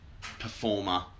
performer